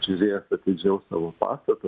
apžiūrėjęs atidžiau savo pastatą